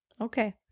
Okay